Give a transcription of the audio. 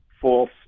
false